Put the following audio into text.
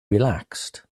relaxed